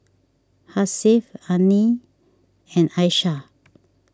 Hasif Adi and Aishah